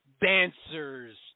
dancers